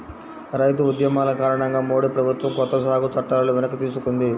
రైతు ఉద్యమాల కారణంగా మోడీ ప్రభుత్వం కొత్త సాగు చట్టాలను వెనక్కి తీసుకుంది